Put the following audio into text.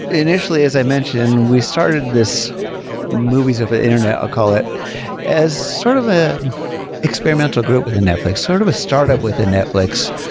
initially, as i mentioned, we started this movies of ah internet i'll call it as sort of an ah experimental group within netflix, sort of a startup within netflix.